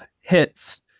hits